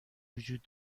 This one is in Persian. وجود